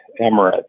Emirates